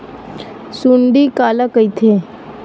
सुंडी काला कइथे?